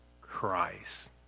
Christ